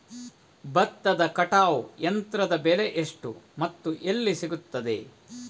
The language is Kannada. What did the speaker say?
ಭತ್ತದ ಕಟಾವು ಯಂತ್ರದ ಬೆಲೆ ಎಷ್ಟು ಮತ್ತು ಎಲ್ಲಿ ಸಿಗುತ್ತದೆ?